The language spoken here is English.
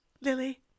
Lily